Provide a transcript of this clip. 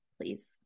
please